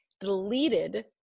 deleted